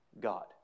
God